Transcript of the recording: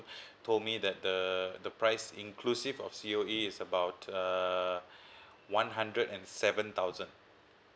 told me that the the price inclusive of C_O_E is about uh one hundred and seven thousand